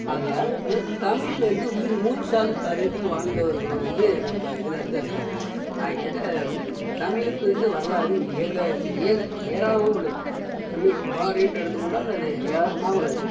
அது ஏதாவது ஒரு தமிழ் வந்து உயிர் மூச்சாக கருதி வாழ்ந்தவர்கள் வந்து நம்ம இதில் வந்து அதிகம் ஆகயாக தமிழுக்கு வந்து வரலாறு ஏக ஏராளமாக உள்ளது தமிழ்க்கு வரலாறு என்று எடுத்து கொண்டா அது ஏராளமாக உள்ளது